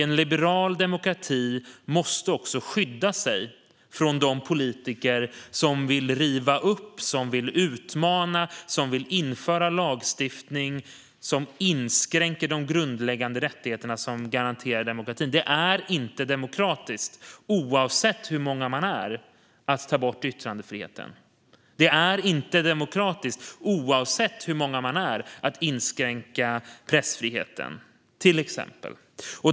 En liberal demokrati måste också skydda sig från de politiker som vill riva upp, som vill utmana och som vill införa lagstiftning som inskränker de grundläggande rättigheter som garanterar demokratin. Det är inte demokratiskt, oavsett hur många man är, att ta bort yttrandefriheten. Det är inte demokratiskt, oavsett hur många man är, att inskränka pressfriheten - till exempel.